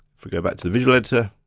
if we go back to visual editor,